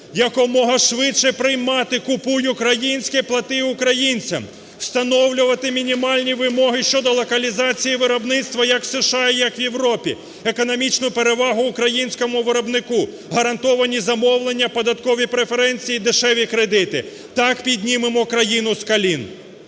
якомога швидше приймати "Купуй українське, плати українцям", встановлювати мінімальні вимоги щодо локалізації виробництва як в США і як в Європі, економічну перевагу українському виробнику, гарантовані замовлення, податкові преференції, дешеві кредити. Так піднімемо країну з колін.